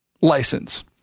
license